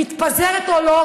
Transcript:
מתפזרת או לא,